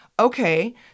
Okay